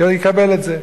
יקבל את זה.